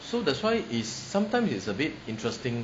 so that's why is sometimes is a bit interesting